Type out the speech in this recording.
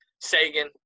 Sagan